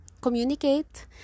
communicate